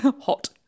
hot